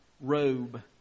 robe